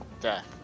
Death